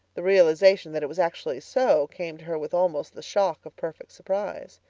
the realization that it was actually so came to her with almost the shock of perfect surprise.